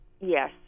Yes